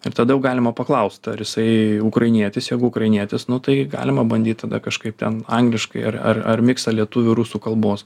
ir tada jau galima paklaust ar jisai ukrainietis jeigu ukrainietis nu tai galima bandyt tada kažkaip ten angliškai ar ar ar miksą lietuvių rusų kalbos